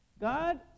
God